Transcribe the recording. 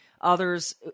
others